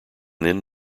then